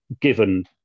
Given